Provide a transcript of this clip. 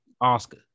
oscar